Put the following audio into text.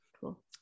cool